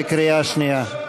בקריאה שנייה.